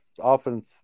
often